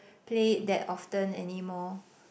play it that often anymore